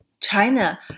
China